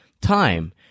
time